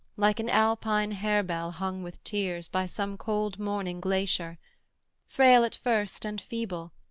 like an alpine harebell hung with tears by some cold morning glacier frail at first and feeble,